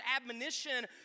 admonition